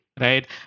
right